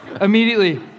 immediately